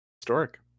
historic